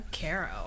Caro